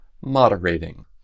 moderating